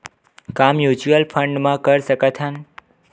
का mutual fund म कर सकत हन?